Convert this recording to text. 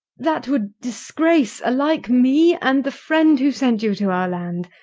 that would disgrace alike me and the friend who sent you to our land.